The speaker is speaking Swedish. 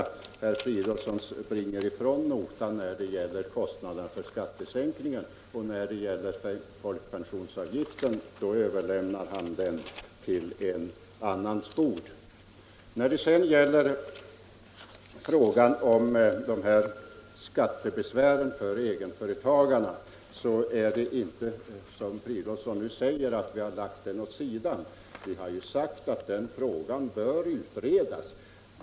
När det gäller kostnaderna för skattesänkningen springer herr Fridolfsson ifrån notan, och när det gäller sänkningen av folkpensionsavgiften överlämnar han notan till ett annat bord. Vi har inte lagt skattebesvären för egenföretagarna åt sidan, som herr Fridolfsson säger. Vi har sagt att den frågan bör utredas.